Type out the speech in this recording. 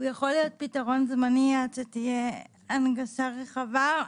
להיות פתרון זמני עד שתהיה הנגשה רחבה,